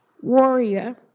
warrior